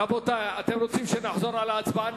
רבותי, אתם רוצים שנחזור על ההצבעה?